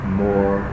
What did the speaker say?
more